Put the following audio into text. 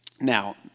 Now